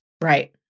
Right